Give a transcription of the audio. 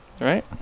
Right